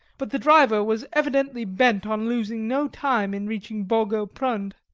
but the driver was evidently bent on losing no time in reaching borgo prund.